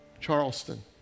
Charleston